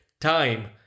time